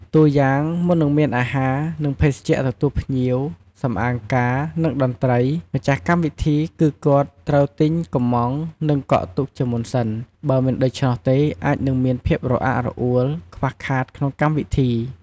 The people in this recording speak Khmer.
តួយ៉ាងមុននឹងមានអាហារនិង ភេសជ្ជៈទទួលភ្ញៀវ សំអាងការ និងតន្ត្រី ម្ចាស់កម្មវិធីគឺគាត់ត្រូវ ទិញ កម្មង់និងកក់ទុកជាមុនសិន បើមិនដូច្នោះទេអាចនឹងមានភាពរអាក់រអួលខ្វះខាតក្នុងកម្មវិធី។